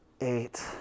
eight